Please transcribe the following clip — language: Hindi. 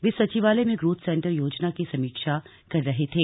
वे सचिवालय में ग्रोथ सेंटर योजना की समीक्षा कर रहे थे